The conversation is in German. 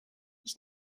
ich